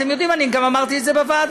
אתם יודעים, אני גם אמרתי את זה בוועדה.